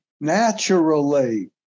naturally